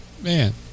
Man